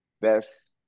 best